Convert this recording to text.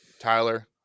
Tyler